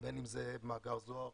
בין אם זה מאגר זוהר